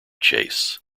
chase